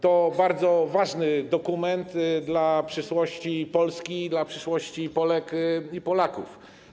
To bardzo ważny dokument dla przyszłości Polski i dla przyszłości Polek i Polaków.